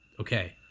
okay